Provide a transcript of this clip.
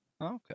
Okay